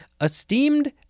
esteemed